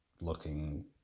looking